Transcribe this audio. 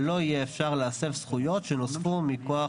שלא יהיה אפשר להסב זכויות שנוספו מכוח